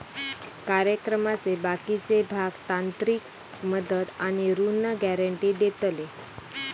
कार्यक्रमाचे बाकीचे भाग तांत्रिक मदत आणि ऋण गॅरेंटी देतले